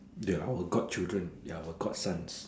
ya our god children they our god sons